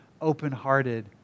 open-hearted